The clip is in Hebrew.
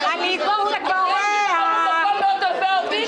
רק לא ביבי".